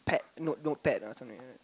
pad notepad uh something like that